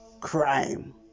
crime